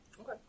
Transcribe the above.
Okay